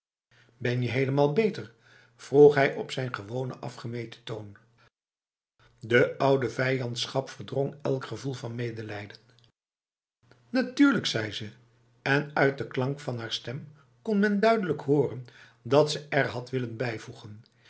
ben je helemaal beter vroeg hij op zijn gewone afgemeten toon de oude vijandschap verdrong elk gevoel van medelijden natuurlijk zei ze en uit de klank van haar stem kon men duidelijk horen dat ze er had willen bijvoegen